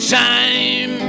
time